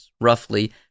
roughly